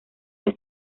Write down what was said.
que